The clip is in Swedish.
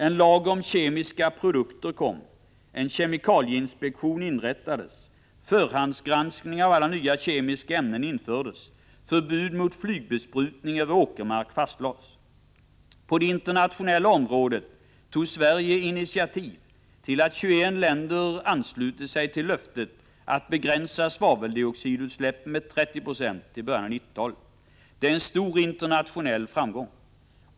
En lag om kemiska produkter kom, en kemikalieinspektion inrättades, förhandsgranskning av alla nya kemiska ämnen infördes och förbud mot flygbesprutning över åkermark fastlades. På det internationella området tog Sverige initiativ till att 21 länder anslutit sig till löftet att begränsa svaveldioxidutsläppen med 30 2 till början av 1990-talet. Det är en stor internationell framgång.